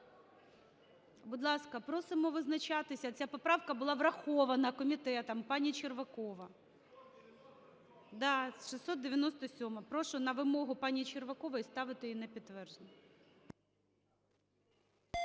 Будь ласка, просимо визначатися. Ця поправка була врахована комітетом, пані Червакова. Да, 697-а. Прошу на вимогу пані Червакової ставити її на підтвердження.